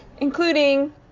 including